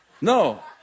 No